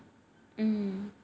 mm